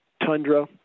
tundra